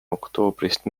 oktoobrist